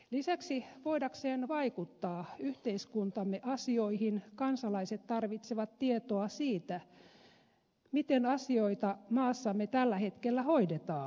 lisäksi voidakseen vaikuttaa yhteiskuntamme asioihin kansalaiset tarvitsevat tietoa siitä miten asioita maassamme tällä hetkellä hoidetaan